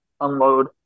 unload